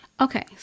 Okay